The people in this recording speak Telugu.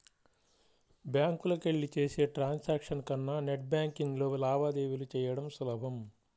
బ్యాంకులకెళ్ళి చేసే ట్రాన్సాక్షన్స్ కన్నా నెట్ బ్యేన్కింగ్లో లావాదేవీలు చెయ్యడం సులభం